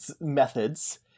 methods